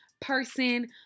person